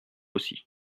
aussi